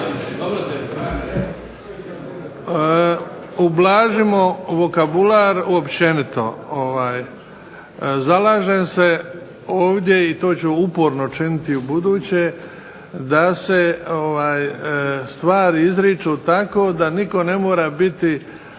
(HDZ)** Ublažimo vokabular općenito. Zalažem se ovdje i to ću uporno činiti i ubuduće da se stvari izriču tako da nitko ne mora biti